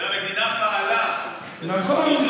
והמדינה פעלה, נכון.